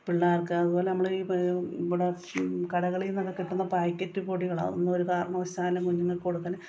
പിള്ളേർക്ക് അതു പോലെ നമ്മൾ ഈ ഇവിടെ കടകളിൽ നിന്ന് ഒക്കെ കിട്ടുന്ന പാക്കറ്റ് പൊടികൾ അതൊന്നും ഒരു കാരണവശാലും കുഞ്ഞുങ്ങൾക്ക് കൊടുക്കല്ലേ